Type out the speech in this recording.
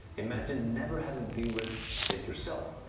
imagine never having to deal with it yourself.